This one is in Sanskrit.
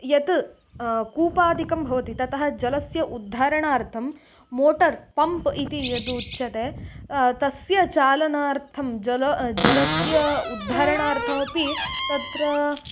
यत् कूपादिकं भवति ततः जलस्य उद्धरणार्थं मोटर् पम्प् इति यद् उच्यते तस्य चालनार्थं जलं जलस्य उद्धरणार्थमपि तत्र